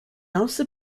also